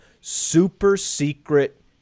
super-secret